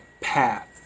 path